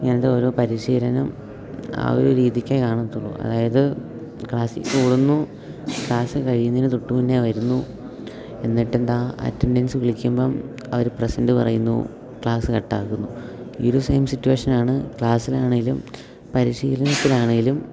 ഇങ്ങനത്തെ ഓരോ പരിശീലനം ആ ഒരു രീതിയ്ക്കേ കാണത്തുള്ളൂ അതായത് ക്ലാസ്സിൽ കൂടുന്നു ക്ലാസ്സ് കഴിയുന്നതിനു തൊട്ടുമുന്നെ വരുന്നു എന്നിട്ടെന്താ അറ്റൻഡൻസ് വിളിക്കുമ്പം അവർ പ്രസൻ്റ് പറയുന്നു ക്ലാസ്സ് കട്ടാക്കുന്നു ഈ ഒരു സെയിം സിറ്റുവേഷനാണ് ക്ലാസ്സിലാണെങ്കിലും പരിശീലനത്തിലാണെങ്കിലും